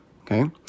okay